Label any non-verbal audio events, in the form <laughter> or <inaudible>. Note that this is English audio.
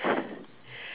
<laughs>